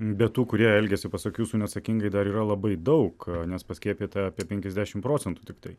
be tų kurie elgiasi pasak jūsų neatsakingai dar yra labai daug nes paskiepyta apie penkiasdešimt procentų tiktai